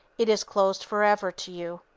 it is closed forever to you.